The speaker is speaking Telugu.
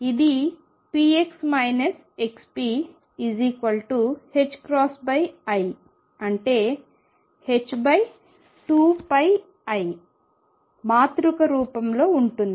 ఇది px xpiఅంటే h2πi మాతృక రూపంలో ఉంటుంది